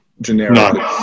generic